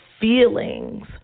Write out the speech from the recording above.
feelings